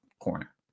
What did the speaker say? corner